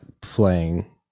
playing